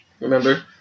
Remember